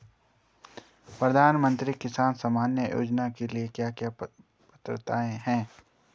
प्रधानमंत्री किसान सम्मान योजना के लिए क्या क्या पात्रताऐं हैं?